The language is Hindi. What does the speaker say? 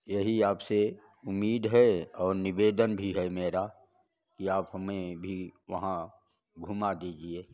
यही आपसे उम्मीद है और निवेदन भी है मेरा कि आप हमें भी वहाँ